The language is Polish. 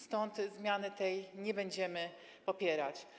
Stąd zmiany tej nie będziemy popierać.